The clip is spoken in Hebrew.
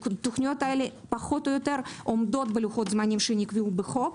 הן פחות או יותר עומדות בלוחות זמנים שנקבעו בחוק.